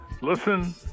Listen